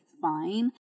fine